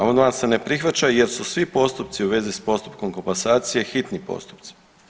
Amandman se ne prihvaća jer su svi postupci u vezi s postupkom komasacije hitni postupci.